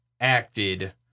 acted